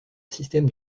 système